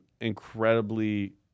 incredibly